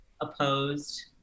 opposed